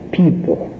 people